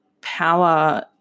power